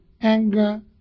anger